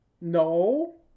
No